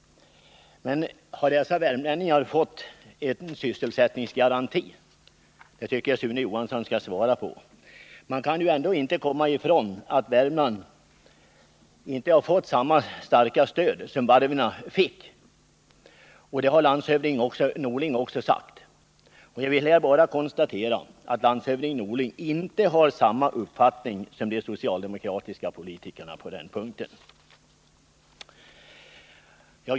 Men har de värmlänningar det gäller fått någon sysselsättningsgaranti? Den frågan tycker jag att Sune Johansson skall svara på. Man kan ändå inte komma ifrån att Värmlandsföretagen inte har fått samma starka stöd som varven erhållit, och det har framhållits också av landshövding Norling. Jag vill här också konstatera att landshövding Norling inte har samma uppfattning som de socialdemokratiska politikerna på den punkten.